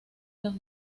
los